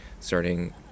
starting